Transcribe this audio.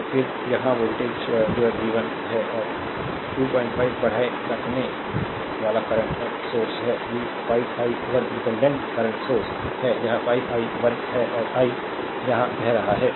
और फिर यहाँ वोल्टेज your v 1 है और 25 बढ़ाएं यह करंट सोर्स है 5 i 1 डिपेंडेंट करंट सोर्स है यह 5 i 1 है और आई यहाँ बह रहा था